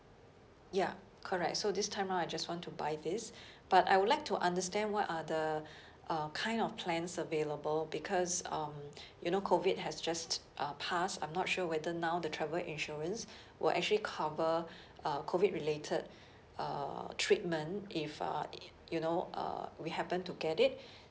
ya correct so this time round I just want to buy this but I would like to understand what are the um kind of plans available because um you know COVID has just uh passed I'm not sure whether now the travel insurance will actually cover uh COVID related uh treatment if uh i~ it you know uh we happen to get it